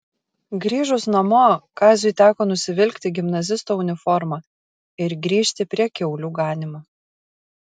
grįžus namo kaziui teko nusivilkti gimnazisto uniformą ir grįžti prie kiaulių ganymo